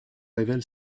révèle